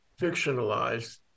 fictionalized